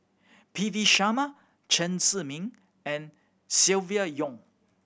P V Sharma Chen Zhiming and Silvia Yong